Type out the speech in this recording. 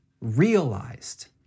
realized